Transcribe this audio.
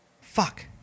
Fuck